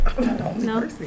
no